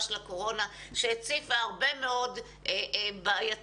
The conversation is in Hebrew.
של הקורונה שהציפה הרבה מאוד בעייתיות